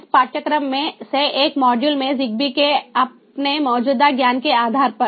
इस पाठ्यक्रम में से एक मॉड्यूल में ZigBee के अपने मौजूदा ज्ञान के आधार पर